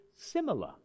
similar